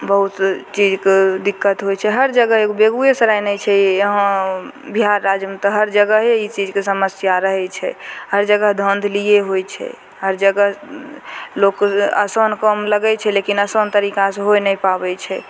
बहुत चीजके दिक्कत होइ छै हर जगह एगो बेगुएसराय नहि छै इहाँ बिहार राज्यमे तऽ हर जगहे ई चीजके समस्या रहै छै हर जगह धाँधलिए होइ छै हर जगह लोक आसान काम लगै छै लेकिन आसान तरीकासे होइ नहि पाबै छै